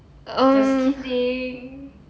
just kidding